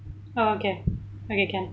oh okay okay can